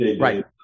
Right